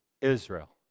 Israel